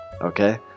okay